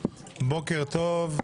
בוקר טוב.